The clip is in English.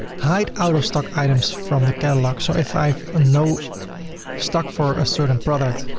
hide out of stock items from the catalog. so if i've ah no stock for a certain product,